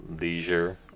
leisure